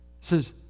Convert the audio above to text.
says